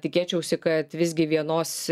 tikėčiausi kad visgi vienos